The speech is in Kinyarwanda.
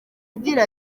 agira